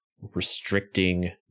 restricting